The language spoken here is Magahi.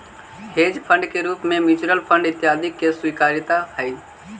हेज फंड के रूप में म्यूच्यूअल फंड इत्यादि के स्वीकार्यता हई